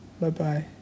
Bye-bye